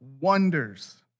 wonders